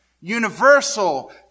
universal